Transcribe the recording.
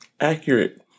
accurate